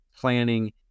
planning